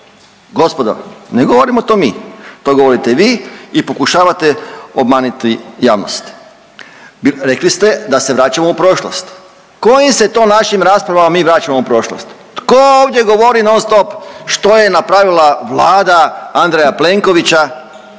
Gospodo, ne govorimo to mi. To govorite vi i pokušavate obmaniti javnost. Rekli ste da se vraćamo u prošlost. Kojim se to našim raspravama mi vraćamo u prošlost? Tko ovdje govori non stop što je napravila Vlada Andreja Plenkovića